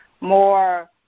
more